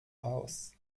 aus